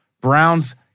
Browns